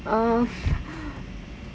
uh